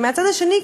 ומצד שני,